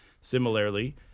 Similarly